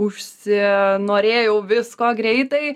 užsinorėjau visko greitai